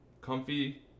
comfy